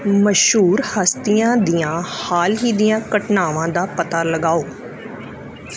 ਮਸ਼ਹੂਰ ਹਸਤੀਆਂ ਦੀਆਂ ਹਾਲ ਹੀ ਦੀਆਂ ਘਟਨਾਵਾਂ ਦਾ ਪਤਾ ਲਗਾਓ